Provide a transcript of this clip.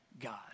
God